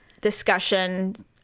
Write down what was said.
discussion